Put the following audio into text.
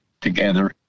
together